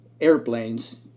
airplanes